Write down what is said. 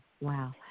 Wow